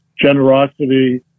generosity